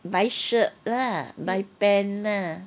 buy shirt lah buy pants lah